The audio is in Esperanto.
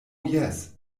jes